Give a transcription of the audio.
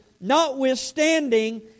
notwithstanding